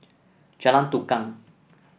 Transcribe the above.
Jalan Tukang